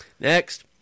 Next